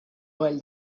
while